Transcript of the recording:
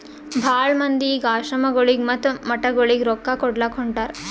ಭಾಳ ಮಂದಿ ಈಗ್ ಆಶ್ರಮಗೊಳಿಗ ಮತ್ತ ಮಠಗೊಳಿಗ ರೊಕ್ಕಾ ಕೊಡ್ಲಾಕ್ ಹೊಂಟಾರ್